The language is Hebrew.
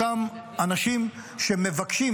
לאותם אנשים שמבקשים,